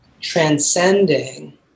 transcending